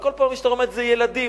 וכל פעם המשטרה אומרת: זה ילדים,